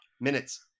Minutes